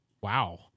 Wow